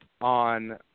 on